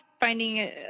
finding